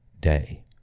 day